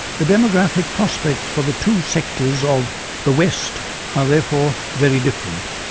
the demographic prospects for the two sectors of the west are therefore very different